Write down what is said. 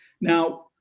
Now